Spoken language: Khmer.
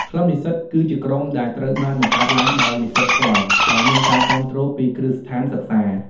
ក្លឹបនិស្សិត គឺជាក្រុមដែលត្រូវបានបង្កើតឡើងដោយនិស្សិតផ្ទាល់ ដោយមានការគាំទ្រពីគ្រឹះស្ថានសិក្សា។